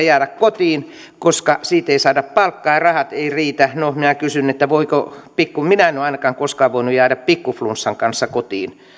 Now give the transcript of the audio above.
jäädä kotiin koska siitä ei saada palkkaa ja rahat ei riitä no minä kysyn voiko minä en ole ainakaan koskaan voinut jäädä pikku flunssan kanssa kotiin